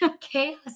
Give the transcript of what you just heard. chaos